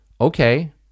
okay